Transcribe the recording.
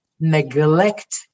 neglect